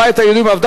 הבית היהודי,